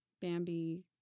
Bambi